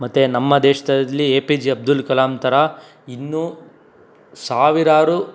ಮತ್ತು ನಮ್ಮ ದೇಶದಲ್ಲಿ A P J Abdul Kalam ಥರ ಇನ್ನೂ ಸಾವಿರಾರು